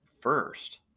first